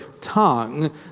tongue